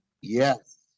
Yes